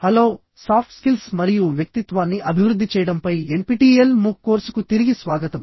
హలోసాఫ్ట్ skills మరియు వ్యక్తిత్వాన్ని అభివృద్ధి చేయడంపై ఎన్పిటిఇఎల్ మూక్ కోర్సుకు తిరిగి స్వాగతం